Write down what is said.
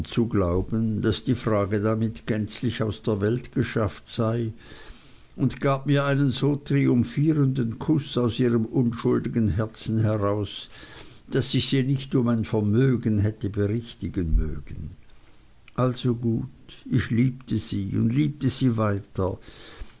zu glauben daß die frage damit gänzlich aus der welt geschafft sei und gab mir einen so triumphierenden kuß aus ihrem unschuldigen herzen heraus daß ich sie nicht um ein vermögen hätte berichtigen mögen also gut ich liebte sie und liebte sie weiter